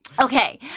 Okay